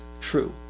true